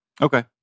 Okay